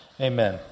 Amen